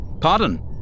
Pardon